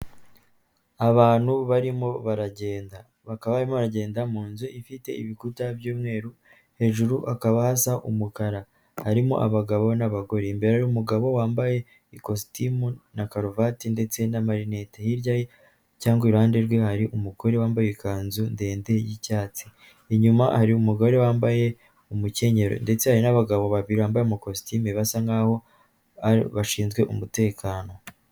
Abantu barimo baragenda, bakaba barimo bagenda, bakaba barimo baragenda mu nzu ifite ibikuta by'umweru, hejuru hakaba hasa umukara, harimo abagabo n'abagore; imbere hari umugabo wambaye ikositimu na karuvati ndetse n'amarinete, hirya ye cyangwa iruhande rwe hari umugore wambaye ikanzu ndende y'icyatsi, inyuma hari umugore wambaye umukenyero ndetse hari n'abagabo babiri bambaye amakositimu basa nk'aho bashinzwe umutekano.